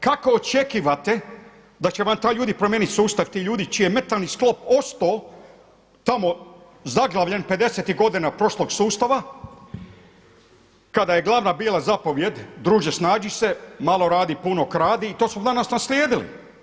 Kako očekivate da će vam ti ljudi promijeniti sustav, ti ljudi čiji je mentalni sklop ostao tamo zaglavljen pedesetih godina prošlog sustava kada je glavna bila zapovijed, druže snađi se, malo radi puno kradi i to smo danas naslijedili.